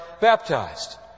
baptized